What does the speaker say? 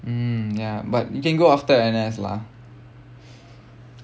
mm ya but you can go after N_S lah